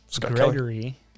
Gregory